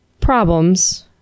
problems